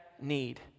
need